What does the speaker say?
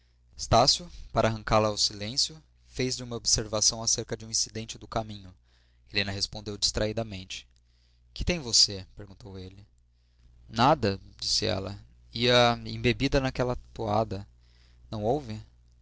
estácio para arrancá-la ao silêncio fez-lhe uma observação acerca de um incidente do caminho helena respondeu distraidamente que tem você perguntou ele nada disse ela ia ia embebida naquela toada não ouve